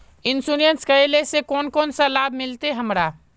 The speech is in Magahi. इंश्योरेंस करेला से कोन कोन सा लाभ मिलते हमरा?